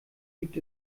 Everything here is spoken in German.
gibt